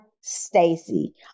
Stacy